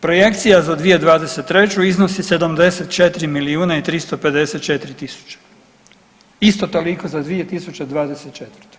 Projekcija za 2023. iznosi 74 milijuna i 354 tisuće, isto toliko za 2024.